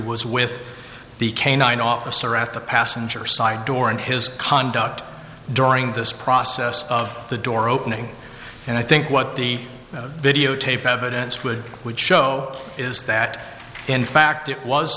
was with the canine officer at the passenger side door and his conduct during this process of the door opening and i think what the videotape evidence would would show is that in fact it was